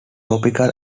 topical